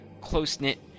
close-knit